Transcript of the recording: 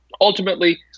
Ultimately